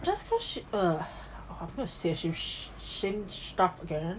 just cause I'm gonna say the same stuff again